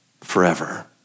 forever